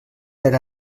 per